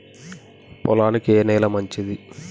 పొలానికి ఏ నేల మంచిది?